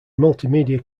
multimedia